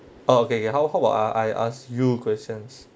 oh kay kay how how ah I I ask you questions